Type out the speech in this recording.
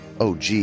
OG